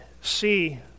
see